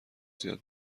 زیاد